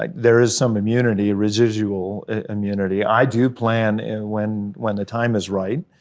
like there is some immunity, residual immunity. i do plan and when when the time is right,